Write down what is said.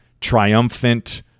triumphant